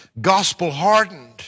gospel-hardened